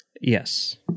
Yes